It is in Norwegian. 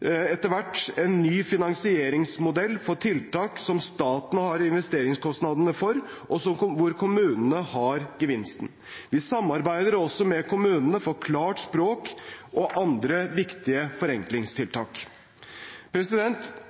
etter hvert også på plass en ny finansieringsmodell for tiltak som staten tar investeringskostnadene for, og hvor kommunene har gevinsten. Vi samarbeider også med kommunene om klart språk og andre viktige forenklingstiltak.